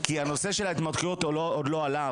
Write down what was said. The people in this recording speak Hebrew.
כי הנושא של ההתמכרויות עוד לא עלה,